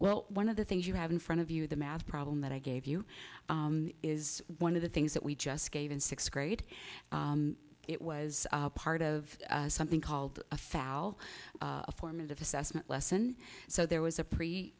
well one of the things you have in front of you the math problem that i gave you is one of the things that we just gave in sixth grade it was part of something called a foul formative assessment lesson so there was a